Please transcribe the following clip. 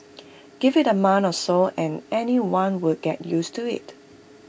give IT A month or so and anyone will get used to IT